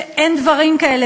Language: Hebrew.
שאין דברים כאלה,